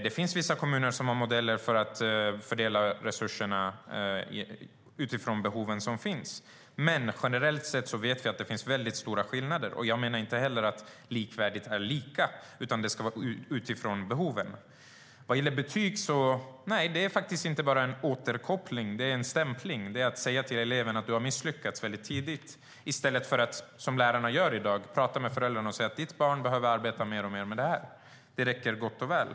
Det finns vissa kommuner som har modeller för att fördela resurserna utifrån de behov som finns. Men generellt sett vet vi att det finns väldigt stora skillnader. Jag menar inte heller att likvärdigt är lika, utan det ska ske utifrån behoven. Nej, betyg är inte bara en återkoppling. Det är en stämpling. Det innebär att väldigt tidigt säga till eleven att den misslyckats, i stället för att som lärarna gör i dag, prata med föräldrarna och säga att deras barn behöver arbeta mer med vissa saker, vilket räcker gott och väl.